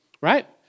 right